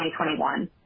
2021